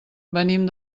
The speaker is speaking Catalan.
venim